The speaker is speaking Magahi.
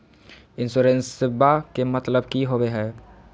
इंसोरेंसेबा के मतलब की होवे है?